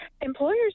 Employers